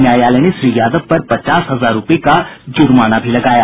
न्यायालय ने श्री यादव पर पचास हजार रुपये का जुर्माना भी लगाया